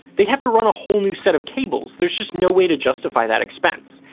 they'd have to run a whole new set of cables, there's just no way to justify that expense.